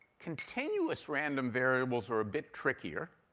continuous random variables are a bit trickier.